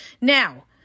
Now